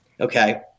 okay